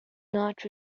not